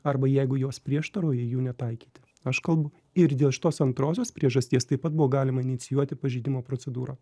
arba jeigu jos prieštaroje jų netaikyti aš kalbu ir dėl šitos antrosios priežasties taip pat buvo galima inicijuoti pažeidimo procedūrą